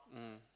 mm